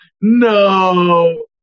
No